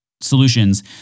solutions